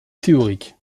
théoriques